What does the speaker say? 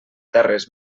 terres